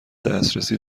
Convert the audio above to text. دسترسی